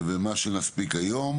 מה שנספיק היום,